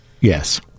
Yes